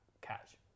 catch